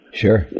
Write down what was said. sure